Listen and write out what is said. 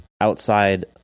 outside